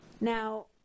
Now